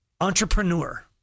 Entrepreneur